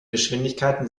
geschwindigkeiten